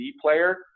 player